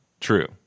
True